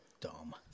Dumb